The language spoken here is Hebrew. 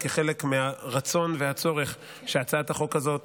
וכחלק מהרצון והצורך שהצעת החוק הזאת